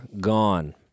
gone